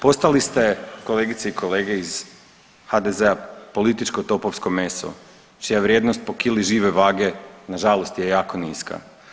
Postali ste kolegice i kolege iz HDZ-a političko topovsko meso čija vrijednost po kili žive vage na žalost je jako niska.